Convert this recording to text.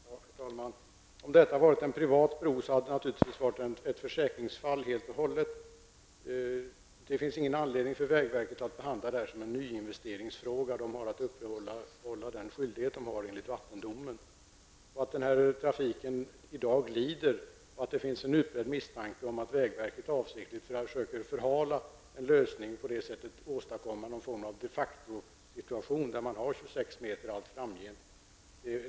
Herr talman! Om det här hade varit en privat bro, skulle detta helt och hållet ha varit ett försäkringsfall. Det finns ingen anledning för vägverket att behandla detta som en nyinvesteringsfråga. Verket har att fullgöra den skyldighet det har enligt vattendomen. Trafiken lider i dag, och det finns en utbredd misstanke om att vägverket avsiktligt förhalar en lösning för att på det sättet åstadkomma någon form av de factosituation, varmed bredden alltjämt skulle vara 26 meter.